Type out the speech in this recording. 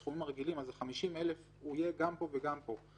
הסכומים הרגילים, אז ה-50,000 יהיו גם פה וגם פה.